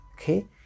okay